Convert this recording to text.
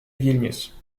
vilnius